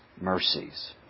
mercies